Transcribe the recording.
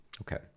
Okay